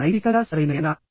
మీరు నైతికంగా సరైనదేనా